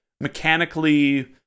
mechanically